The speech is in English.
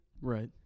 Right